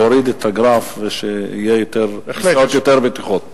להוריד את הגרף ושיהיו נסיעות יותר בטוחות.